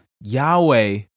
Yahweh